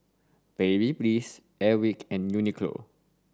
Babyliss Airwick and Uniqlo